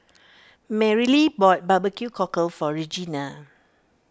Marylee bought Barbecue Cockle for Regena